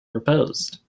proposed